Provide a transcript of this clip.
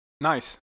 nice